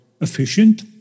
efficient